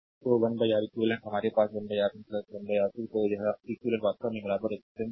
slide time देखें 2950 तो 1 R eq हमारे पास 1 R1 1 R2 तो आर eq वास्तव में बराबर रेजिस्टेंस है